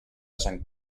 sant